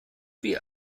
wie